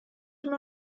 nur